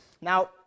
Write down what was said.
Now